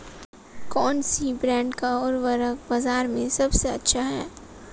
कौनसे ब्रांड का उर्वरक बाज़ार में सबसे अच्छा हैं?